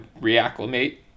reacclimate